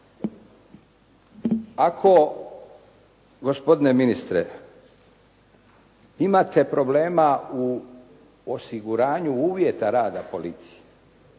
Ako gospodine ministre imate problema u osiguranju uvjeta rada policije